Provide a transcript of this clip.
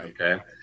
Okay